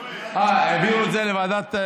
אה, העבירו את זה לוועדת,